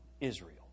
Israel